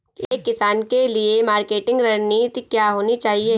एक किसान के लिए मार्केटिंग रणनीति क्या होनी चाहिए?